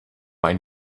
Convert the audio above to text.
ein